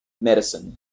medicine